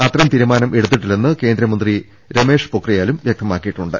അത്തരം ഒരു തീരുമാനം എടുത്തിട്ടില്ലെന്ന് കേന്ദ്രമന്ത്രി രമേഷ് പൊക്രിയാലും വ്യക്തമാക്കിയിട്ടുണ്ട്